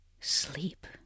sleep